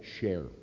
share